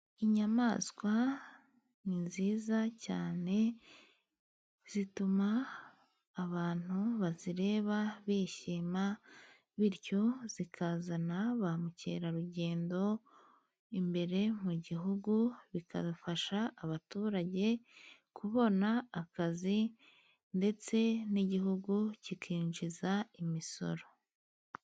Inyamaswa ni nziza cyane, zituma abantu bazireba bishima, bityo zikazana ba mukerarugendo imbere mu gihugu, bigafasha abaturage kubona akazi ndetse n'igihugu kikinjiza imisoro.